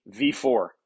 V4